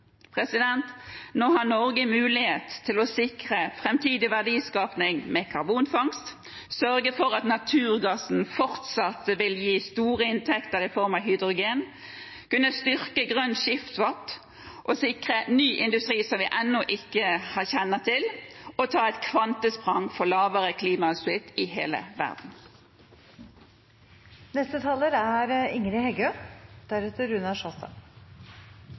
Nå har Norge mulighet til å sikre framtidig verdiskaping med karbonfangst, sørge for at naturgassen fortsatt vil gi store inntekter i form av hydrogen, kunne styrke grønn skipsfart og sikre ny industri som vi ennå ikke kjenner til, og ta et kvantesprang for lavere klimautslipp i hele verden. I det nye programforslaget frå Arbeidarpartiet er